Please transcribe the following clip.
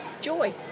joy